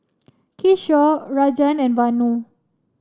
Kishore Rajan and Vanu